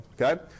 okay